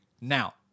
Now